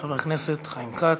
חבר הכנסת חיים כץ.